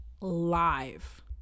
live